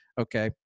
okay